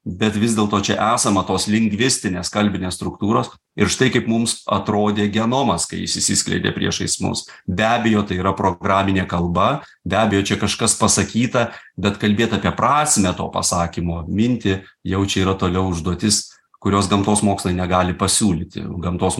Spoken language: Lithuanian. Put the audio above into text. bet vis dėlto čia esama tos lingvistinės kalbinės struktūros ir štai kaip mums atrodė genomas kai jis išsiskleidė priešais mus be abejo tai yra programinė kalba be abejo čia kažkas pasakyta bet kalbėt apie prasmę to pasakymo mintį jau čia yra toliau užduotis kurios gamtos mokslai negali pasiūlyti gamtos